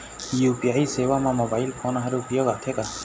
UPI सेवा म mobile phone हर उपयोग आथे का?